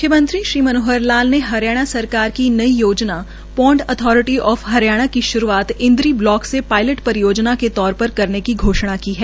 मुख्यमंत्री श्री मनोहर लाल ने हरियाणा सरकार की नई योजना पोंड अथॉरिटी आफ हरियाणा की श्रूआत इंद्री ब्लॉक से पायलट परियोजना के तौर पर करने की घोषणा की है